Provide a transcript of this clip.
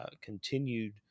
continued